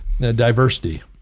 diversity